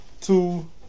Two